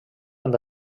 amb